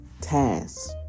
task